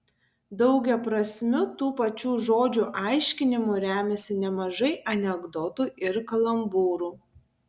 daugiaprasmiu tų pačių žodžių aiškinimu remiasi nemažai anekdotų ir kalambūrų